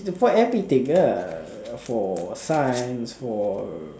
before everything lah for science for